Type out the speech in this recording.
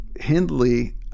hindley